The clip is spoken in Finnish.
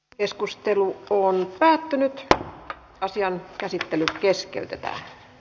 keskustelu päättyi ja asian käsittely keskeytettiin